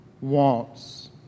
wants